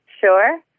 sure